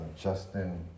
Justin